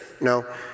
No